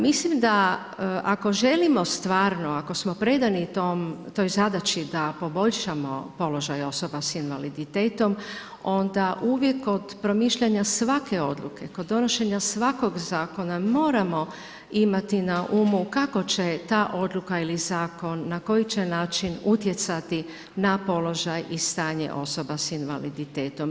Mislim da ako želimo stvarno ako smo predani toj zadaći da poboljšamo položaj osoba s invaliditetom onda uvijek od promišljanja svake odluke kod donošenja svakog zakona moramo imati na umu kako će ta odluka ili zakon na koji će način utjecati na položaj i stanje osoba s invaliditetom.